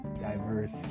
diverse